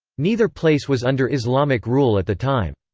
neither place was under islamic rule at the time.